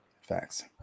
facts